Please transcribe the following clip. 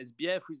SBF